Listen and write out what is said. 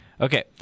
Okay